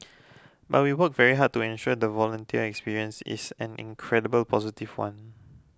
but we work very hard to ensure the volunteer experience is an incredible positive one